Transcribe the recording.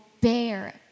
bear